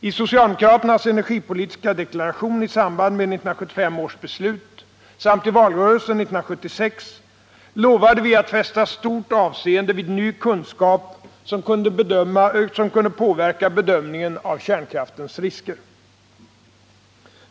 I socialdemokraternas energipolitiska deklaration i samband med 1975 års beslut samt i valrörelsen 1976 lovade vi att fästa stort avseende vid ny kunskap som kunde påverka bedömningen av kärnkraftens risker.